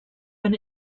been